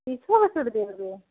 देंगे